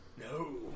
No